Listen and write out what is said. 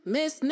Miss